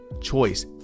choice